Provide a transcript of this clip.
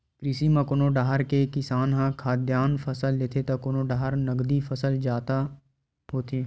कृषि म कोनो डाहर के किसान ह खाद्यान फसल लेथे त कोनो डाहर नगदी फसल जादा होथे